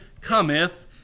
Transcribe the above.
cometh